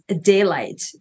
daylight